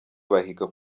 bahiga